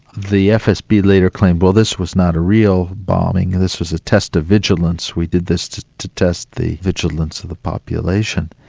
the fsb later claimed well this was not a real bombing, and this was a test of vigilance we did this to to test the vigilance of the population.